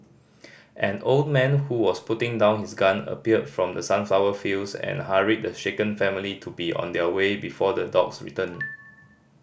an old man who was putting down his gun appeared from the sunflower fields and hurried the shaken family to be on their way before the dogs return